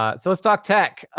ah so let's talk tech.